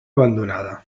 abandonada